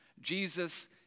Jesus